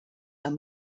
are